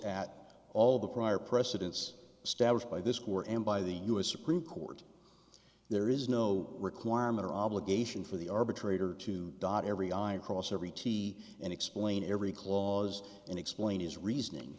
at all the prior precedents established by this corps and by the u s supreme court there is no requirement or obligation for the arbitrator to dot every i and cross every t and explain every clause and explain his reasoning